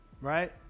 right